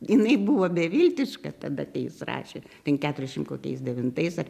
jinai buvo beviltiška tada kai jis rašė ten keturiasdešim kokiais devintais ar